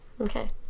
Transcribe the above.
Okay